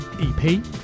EP